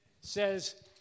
says